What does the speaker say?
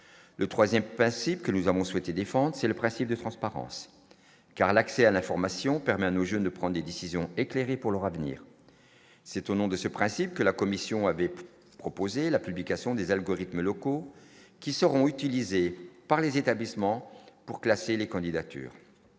le 3ème principe que nous avons souhaité défendent : c'est le principe de transparence car l'accès à l'information permet à nos jeunes de prendre des décisions éclairées pour leur avenir, c'est au nom de ce principe que la Commission avait proposé la publication des algorithmes locaux qui seront utilisés par les établissements pour classer les candidatures.